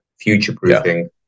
future-proofing